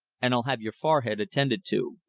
and i'll have your forehead attended to.